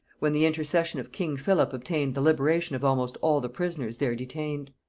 when the intercession of king philip obtained the liberation of almost all the prisoners there detained.